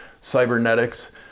cybernetics